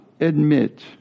admit